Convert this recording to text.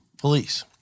police